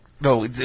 No